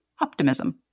optimism